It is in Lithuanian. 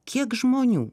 kiek žmonių